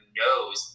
knows